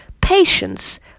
patience